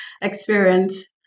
experience